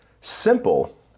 simple